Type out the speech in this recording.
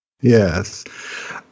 Yes